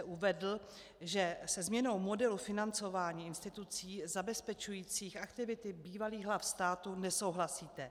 Uvedl jste, že se změnou modelu financování institucí zabezpečujících aktivity bývalých hlav státu nesouhlasíte.